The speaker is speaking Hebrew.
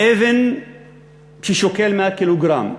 אבן ששוקלת 100 קילוגרם.